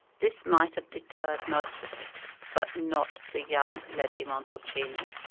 this might have deterred most of us but not the young levi-montalcini.